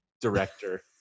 director